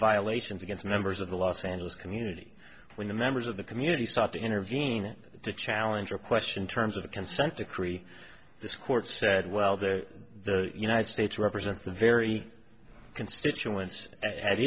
violations against members of the los angeles community when the members of the community sought to intervene to challenge or question terms of the consent decree this court said well the united states represents the very constituents at